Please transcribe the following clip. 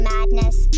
Madness